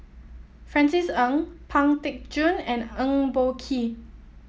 Francis Ng Pang Teck Joon and Eng Boh Kee